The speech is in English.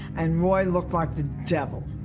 and roy looked like the devil.